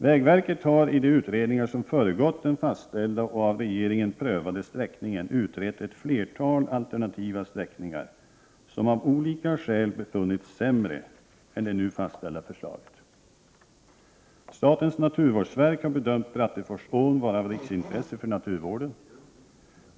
Vägverket har i de utredningar som föregått den fastställda och av regeringen prövade sträckningen utrett ett flertal alternativa sträckningar som av olika skäl befunnits sämre än det nu fastställda förslaget. Statens naturvårdsverk har bedömt Bratteforsån vara av riksintresse för naturvården.